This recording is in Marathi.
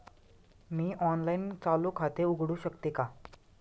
मी ऑनलाइन चालू खाते उघडू शकते का?